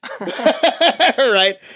Right